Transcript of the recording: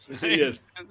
yes